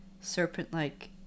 serpent-like